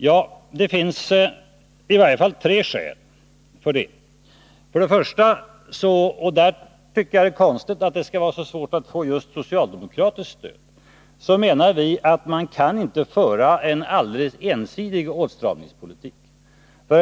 Ja, det finns i varje fall tre skäl för det. För det första — och därvidlag tycker jag det är konstigt att det skall vara så svårt att få socialdemokratiskt stöd — anser vi att man inte kan föra en ensidig åtstramningspolitik.